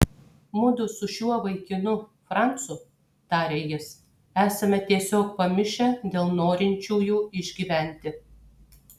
mudu su šiuo vaikinu francu tarė jis esame tiesiog pamišę dėl norinčiųjų išgyventi